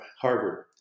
Harvard